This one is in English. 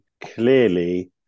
clearly